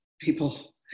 people